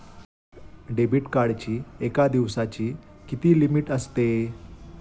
Debit कार्डची एका दिवसाची किती लिमिट असते?